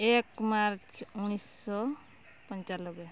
ଏକ ମାର୍ଚ୍ଚ ଉଣେଇଶିଶହ ପଞ୍ଚାଲବେ